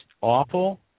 awful